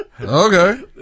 Okay